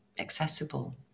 accessible